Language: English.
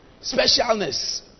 Specialness